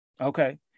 Okay